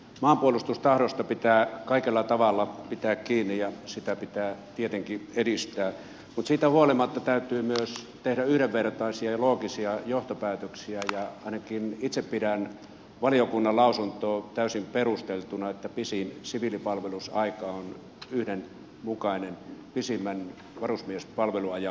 maanpuolustustahdosta pitää kaikella tavalla pitää kiinni ja sitä pitää tietenkin edistää mutta siitä huolimatta täytyy myös tehdä yhdenvertaisia ja loogisia johtopäätöksiä ja ainakin itse pidän valiokunnan lausuntoa täysin perusteltuna että pisin siviilipalvelusaika on yhdenmukainen pisimmän varusmiespalvelusajan kanssa